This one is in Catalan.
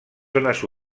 zones